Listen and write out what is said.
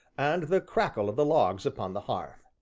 and the crackle of the logs upon the hearth.